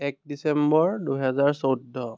এক ডিচেম্বৰ দুহেজাৰ চৌধ্য